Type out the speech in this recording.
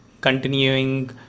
continuing